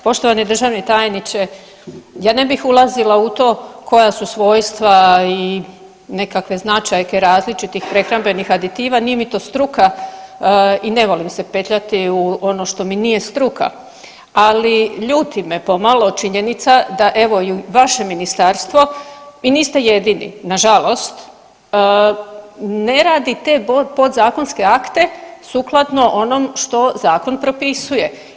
Poštovani državni tajniče ja ne bih ulazila u to koja su svojstva i nekakve značajke različitih prehrambenih aditiva, nije mi to struka i ne volim se petljati u ono što mi nije struka, ali ljuti me pomalo činjenica da eto i vaše ministarstvo i niste jedini, nažalost, ne radi te podzakonske akte sukladno onom što zakon propisuje.